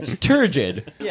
Turgid